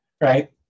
right